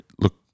look